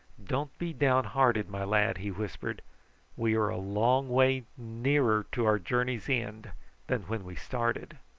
don't be downhearted, my lad, he whispered we are a long way nearer to our journey's end than when we started.